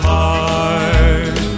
Heart